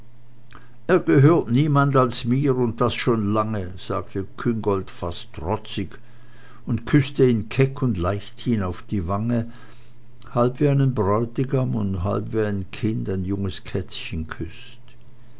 er gehört niemand als mir und das schon lange sagte küngolt fast trotzig und küßte ihn keck und leichthin auf die wange halb wie einen bräutigam und halb wie ein kind ein junges kätzchen küßt